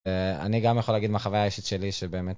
אני גם יכול להגיד מהחוויה האישית שלי שבאמת.